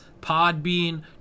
Podbean